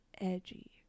edgy